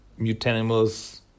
mutanimals